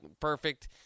perfect